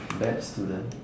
bad student